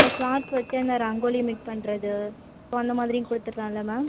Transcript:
so flowers வச்சே இந்த rangoli make பண்ணுறது ஸோ அந்த மாதிரியும் கொடுத்துர்லாம்ல மேம்